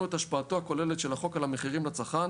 את השפעתו הכוללת של החוק על המחירים לצרכן